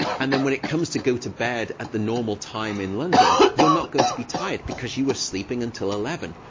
and then, when it comes to go to bed at the normal time in london, you're not going to be tired because you were sleeping until eleven